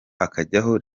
hakajyaho